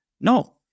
No